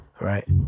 right